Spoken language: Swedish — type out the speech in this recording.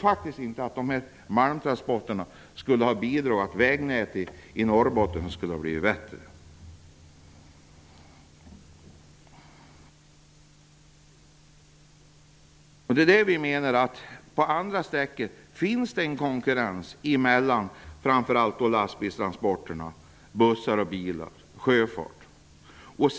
Jag tror inte att malmtransporter skulle bidra till att vägnätet i Norrbotten blir bättre. Vi menar att det finns en konkurrens från transporter med lastbil, bussar, bilar och sjöfart på andra sträckor.